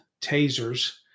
tasers